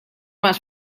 más